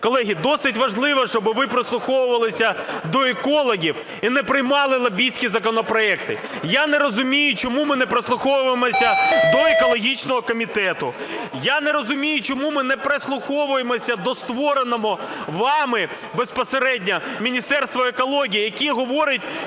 Колеги, досить важливо, щоби ви прислуховувалися до екологів і не приймали лобістські законопроекти. Я не розумію, чому ми не прислуховуємося до екологічного комітету, я не розумію, чому ми не прислуховуємося до створеного вами безпосередньо Міністерства екології, яке говорить,